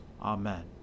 Amen